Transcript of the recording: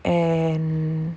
and